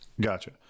Gotcha